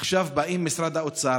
עכשיו בא משרד האוצר,